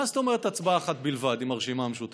מה זאת אומרת הצבעה אחת בלבד עם הרשימה המשותפת?